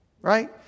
right